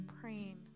praying